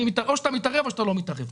או שאתה מתערב או שאתה לא מתערב.